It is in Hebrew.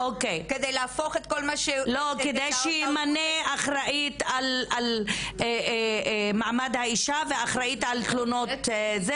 כדי שימנסה אחראית על מעמד האישה ואחראית על תלונות,